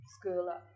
school